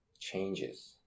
changes